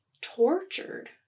tortured